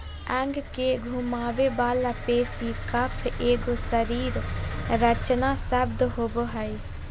अंग के घुमावे वाला पेशी कफ एगो शरीर रचना शब्द होबो हइ